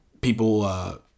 people –